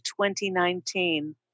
2019